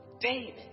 David